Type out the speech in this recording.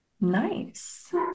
nice